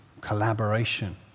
collaboration